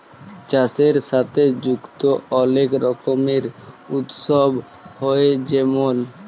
চাষের সাথে যুক্ত অলেক রকমের উৎসব হ্যয়ে যেমল